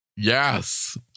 Yes